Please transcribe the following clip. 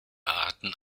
arten